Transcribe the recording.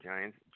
Giants